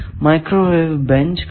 micro wave bench കണ്ടു